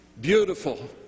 beautiful